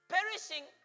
Perishing